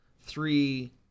three